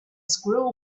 squirrel